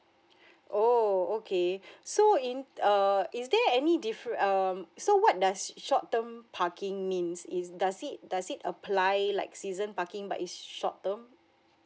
oh okay so in err is there any differen~ um so what does short term parking means is does it does it apply like season parking but it's short term